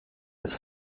als